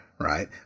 right